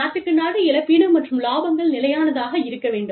நாட்டுக்கு நாடு இழப்பீடு மற்றும் இலாபங்கள் நிலையானதாக இருக்க வேண்டும்